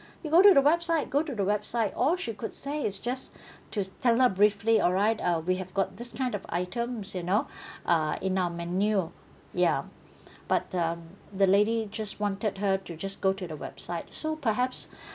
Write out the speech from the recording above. you go to the website go to the website all she could say is just to s~ tell her briefly alright uh we have got this kind of items you know uh in our menu yeah but um the lady just wanted her to just go to the website so perhaps